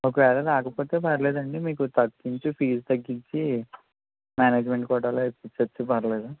ఒకవేళ రాకపోతే పర్లేదండి మీకు తగ్గించి ఫీజు తగ్గించి మేనేజ్మెంట్ లో కోటాలో ఇప్పించచ్చు పర్లేదు